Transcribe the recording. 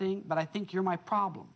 thing but i think you're my problem